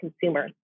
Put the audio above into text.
consumer